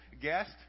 guest